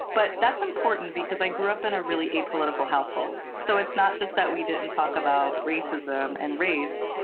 but that's important, because i grew up in a really apolitical household, so it's not just that we didn't talk about racism and race,